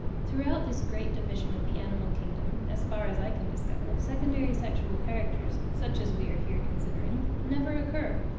throughout this great division of the animal kingdom, as far as i can discover, secondary sexual characters, such as we are here considering, never occur.